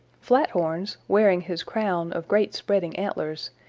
flathorns, wearing his crown of great spreading antlers,